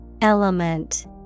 Element